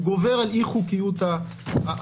הוא גובר על אי חוקיות הפעולה.